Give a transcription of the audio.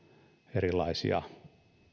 erilaisia